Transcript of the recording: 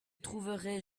trouveraient